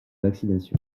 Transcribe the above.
vaccination